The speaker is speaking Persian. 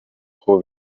دوستانم